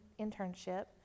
internship